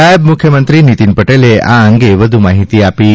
નાયબ મુખ્યમંત્રી નીતીન પટેલે આ અંગે વધુ માહિતી આપી હતી